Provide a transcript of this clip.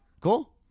Cool